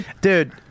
Dude